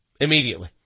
immediately